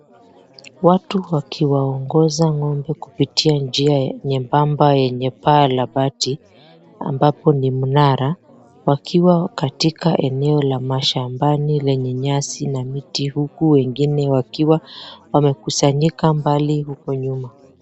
Watu wakiwaongoza ng'ombe kupitia njia nyembamba yenye paa la bati, ambapo ni mnara, wakiwa katika eneo la mashambani yenye nyasi na miti huku wengine wakiwa wamekusanyika mbali huko nyuma.